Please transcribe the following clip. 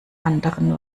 anderen